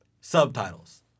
Subtitles